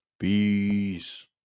peace